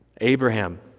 Abraham